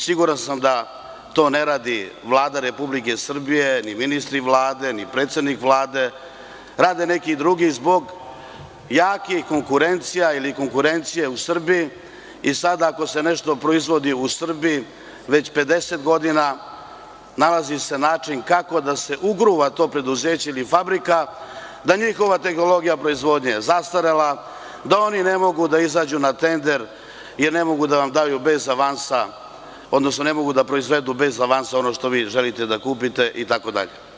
Siguran sam da to ne radi Vlada Republike Srbije, ni ministri Vlade, ni predsednik Vlade, rade neki drugi zbog jakih konkurencija i sada ako se nešto proizvodi u Srbiji već 50 godina, nalazi se način kako da se ugruva to preduzeće ili fabrika, da je njihova tehnologija proizvodnje zastarela, da ne mogu da izađu na tender, jer ne mogu da proizvedu bez avansa ono što želite da kupite itd.